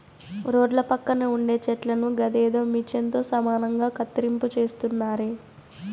రోడ్ల పక్కన ఉండే చెట్లను గదేదో మిచన్ తో సమానంగా కత్తిరింపు చేస్తున్నారే